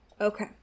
Okay